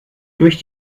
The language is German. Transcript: durch